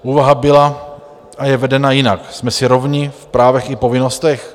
Úvaha byla a je vedena jinak: Jsme si rovni v právech i povinnostech?